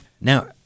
now